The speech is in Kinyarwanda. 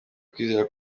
kwizera